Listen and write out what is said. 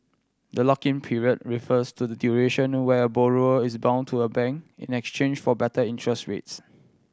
the lock in period refers to the duration where a borrower is bound to a bank in exchange for better interest rates